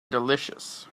delicious